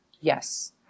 Yes